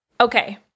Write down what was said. Okay